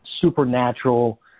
supernatural